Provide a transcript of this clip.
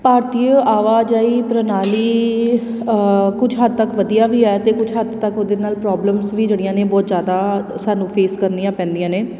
ਭਾਰਤੀ ਆਵਾਜਾਈ ਪ੍ਰਣਾਲੀ ਕੁਝ ਹੱਦ ਤੱਕ ਵਧੀਆ ਵੀ ਹੈ ਅਤੇ ਕੁਝ ਹੱਦ ਤੱਕ ਉਹਦੇ ਨਾਲ਼ ਪ੍ਰੋਬਲਮਸ ਵੀ ਜਿਹੜੀਆਂ ਨੇ ਬਹੁਤ ਜ਼ਿਆਦਾ ਸਾਨੂੰ ਫੇਸ ਕਰਨੀਆਂ ਪੈਂਦੀਆਂ ਨੇ